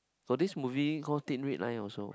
got this movie call Thin Red Line also